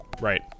Right